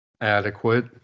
adequate